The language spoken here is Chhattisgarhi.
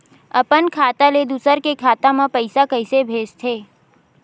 अपन खाता ले दुसर के खाता मा पईसा कइसे भेजथे?